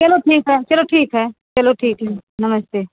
चलो ठीक है चलो ठीक है चलो ठीक है नमस्ते